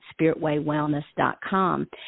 SpiritWayWellness.com